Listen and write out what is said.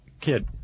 kid